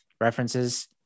references